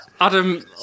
adam